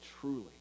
truly